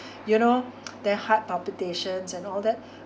you know then heart palpitations and all that